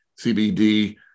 CBD